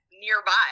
nearby